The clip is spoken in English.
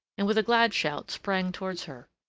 and with a glad shout sprang towards her.